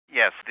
Yes